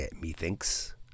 methinks